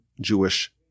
Jewish